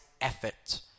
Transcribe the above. effort